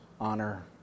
honor